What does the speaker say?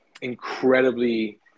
incredibly